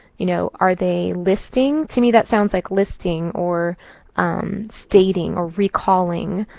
you know are they listing? to me that sounds like listing or stating or recalling.